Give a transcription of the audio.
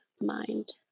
mind